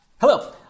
Hello